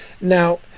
Now